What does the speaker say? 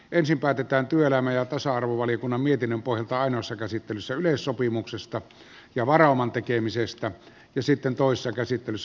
ensin päätetään työelämä ja tasa arvovaliokunnan mietinnön pohjalta ainoassa käsittelyssä yleissopimuksesta ja varauman tekemisestä ja sitten toisessa käsittelyssä lakiehdotuksista